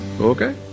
Okay